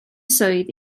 swydd